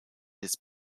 his